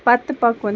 پتہٕ پکُن